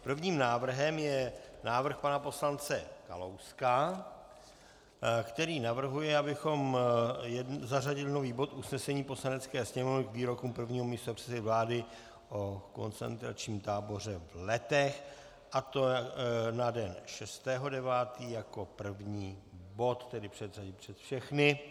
Prvním návrhem je návrh pana poslance Kalouska, který navrhuje, abychom zařadili nový bod Usnesení Poslanecké sněmovny k výrokům prvního místopředsedy vlády o koncentračním táboře v Letech, a to na den 6. 9. jako první bod, tedy předřadit před všechny.